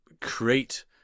create